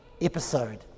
episode